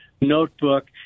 notebook